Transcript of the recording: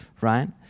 right